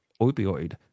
opioid